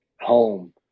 Home